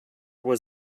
was